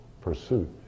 pursuit